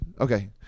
okay